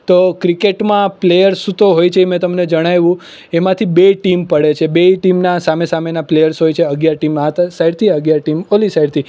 તો ક્રિકેટમાં પ્લેયર્સ તો હોય છે એ મેં તમને જણાવ્યું એમાંથી બે ટીમ પડે છે બેય ટીમના સામે સામેના પ્લેયર્સ હોય છે અગિયાર ટીમ આ તા સાઈડથી અગિયાર ટીમ પેલી સાઈડથી